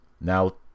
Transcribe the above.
Now